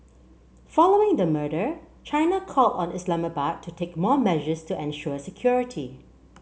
following the murder China called on Islamabad to take more measures to ensure security